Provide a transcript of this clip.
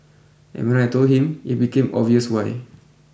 and when I told him it became obvious why